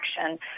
action